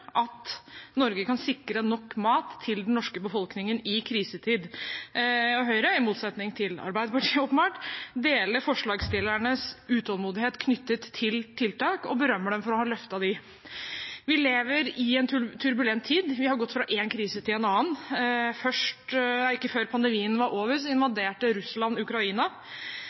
at Norge kan sikre nok mat til den norske befolkningen i krisetid, og Høyre – i motsetning til Arbeiderpartiet, åpenbart – deler forslagsstillernes utålmodighet knyttet til tiltak og berømmer dem for å ha løftet dem. Vi lever i en turbulent tid, vi har gått fra én krise til en annen. Ikke før pandemien var over, invaderte Russland Ukraina,